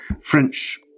French